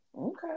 Okay